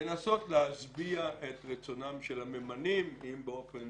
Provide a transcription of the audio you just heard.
לנסות להשביע את רצונם של הממנים, אם באופן